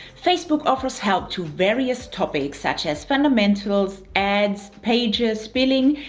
facebook offers help to various topics such as fundamentals, ads, pages, billing,